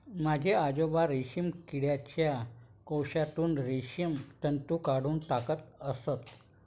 माझे आजोबा रेशीम किडीच्या कोशातून रेशीम तंतू काढून टाकत असत